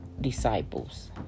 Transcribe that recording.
disciples